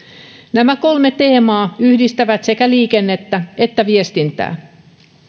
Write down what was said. nämä kolme teemaa yhdistävät sekä liikennettä että viestintää